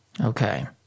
Okay